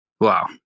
Wow